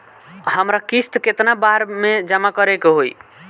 हमरा किस्त केतना बार में जमा करे के होई?